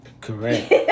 Correct